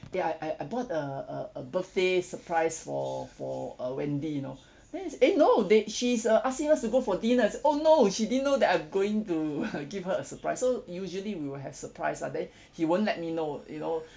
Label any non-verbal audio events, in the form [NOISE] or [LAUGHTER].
kay I I I bought uh uh a birthday surprise for for uh wendy you know then they said eh no they she's uh asking us to go for dinners oh no she didn't know that I'm going to [LAUGHS] give her a surprise so usually we will have surprise lah then he won't let me know you know